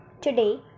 Today